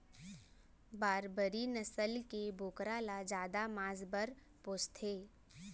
बारबरी नसल के बोकरा ल जादा मांस बर पोसथें